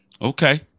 Okay